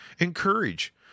Encourage